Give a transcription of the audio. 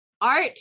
art